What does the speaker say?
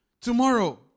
Tomorrow